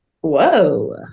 Whoa